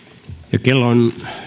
ja kello on